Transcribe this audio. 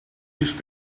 liefst